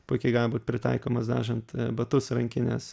puikiai gali būt pritaikomos dažant batus rankines